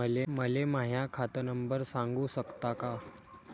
मले माह्या खात नंबर सांगु सकता का?